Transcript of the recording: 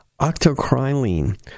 octocrylene